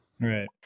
Right